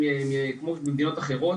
כמו במדינות אחרות,